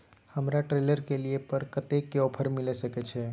हमरा ट्रेलर के लिए पर कतेक के ऑफर मिलय सके छै?